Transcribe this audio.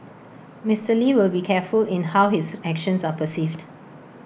Mister lee will be very careful in how his actions are perceived